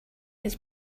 his